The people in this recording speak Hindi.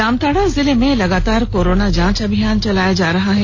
जामताड़ा जिले में लगातार कोरोना जांच अभियान चलाया जा रहा है